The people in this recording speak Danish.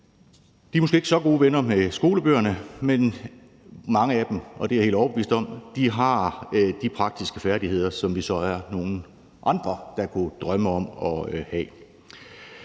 De er måske ikke så gode venner med skolebøgerne, men mange af dem – det er jeg helt overbevist om – har de praktiske færdigheder, som vi så er nogle andre der kunne drømme om at have.